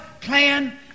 plan